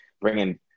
bringing